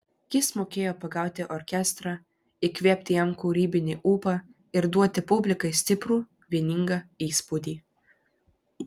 jis mokėjo pagauti orkestrą įkvėpti jam kūrybinį ūpą ir duoti publikai stiprų vieningą įspūdį